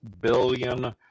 billion